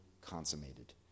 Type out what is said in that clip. consummated